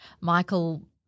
Michael